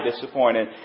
disappointed